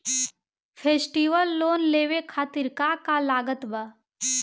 Festival loan लेवे खातिर का का लागत बा?